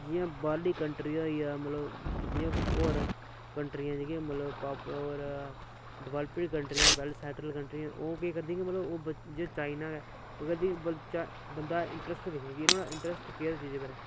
जियां बाह्रली कंट्री होइयां मतलव जियां होर क्रंटियां मतलव डवैलपिंग कंट्रियां न वैल सैट्लड कंट्रियां न ओह् केह् कर दियां न कि जियां चाईना गै ओह् केह् करदा कि ओह्दा इंट्रस्ट केह् ऐ